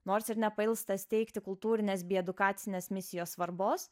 nors ir nepailsta steigti kultūrines bei edukacinės misijos svarbos